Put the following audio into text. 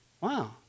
Wow